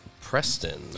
Preston